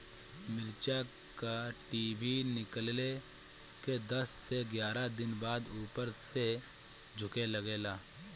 मिरचा क डिभी निकलले के दस से एग्यारह दिन बाद उपर से झुके लागेला?